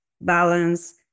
balance